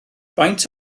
faint